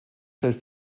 stellt